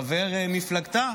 חבר מפלגתה.